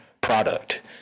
product